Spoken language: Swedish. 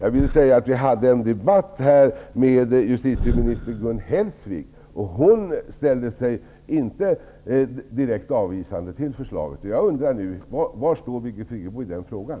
I en debatt som vi hade här med justitieminister Gun Hellsvik ställde hon sig inte direkt avvisande till förslaget. Jag undrar nu var Birgit Friggebo står i den frågan.